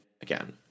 again